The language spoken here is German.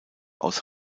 aus